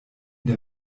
der